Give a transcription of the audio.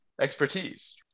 expertise